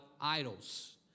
idols